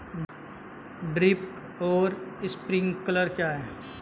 Drip और sprinkler क्या हैं?